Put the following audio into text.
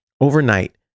Overnight